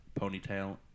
ponytail